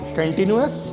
continuous